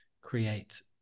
create